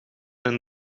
een